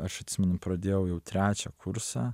aš atsimenu pradėjau jau trečią kursą